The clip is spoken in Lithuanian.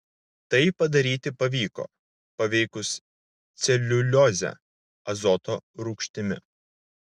tai padaryti pavyko paveikus celiuliozę azoto rūgštimi